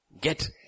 Get